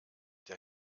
der